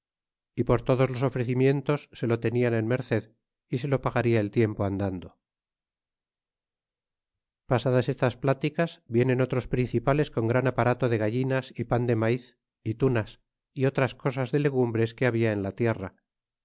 y por todos los ofrecimientos se lo tenia en merced y se lo pagaria el tiempo andando y pasadas estas pláticas vienen otros principales con gran aparato de gallinas y pan de maiz y tunas y otras cosas de legumbres que había en la tierra